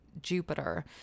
Jupiter